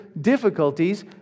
difficulties